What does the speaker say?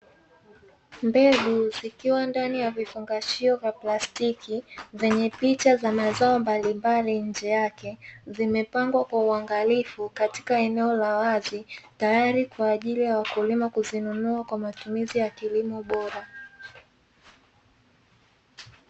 Mbegu zikiwa ndani ya vifungashio vya plastiki, vyenye picha ya mazao mbalimbali nje yake, vimepangwa kwa uangalifu katika eneo la wazi, tayari kwa ajili ya wakulima kuzinunua kwa matumizi ya kilimo bora.